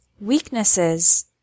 Weaknesses